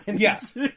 Yes